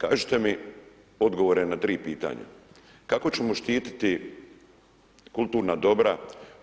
Kažite mi odgovore na tri pitanja: Kako ćemo štitit kulturna dobra